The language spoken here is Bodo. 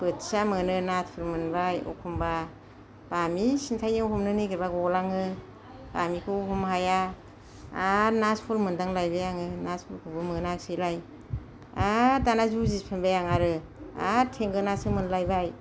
बोथिया मोनो नाथुर मोनबाय अखमबा बामि सिनथाय हमनो नागिरबा गलाङो बामिखौ हमनो हाया आरो ना सल मोनदांलायबाय आङो ना सलखौबो मोनासैलाय आरो दाना जुजिफिनबाय आङो आरो आरो थेंगोनासो मोनलायबाय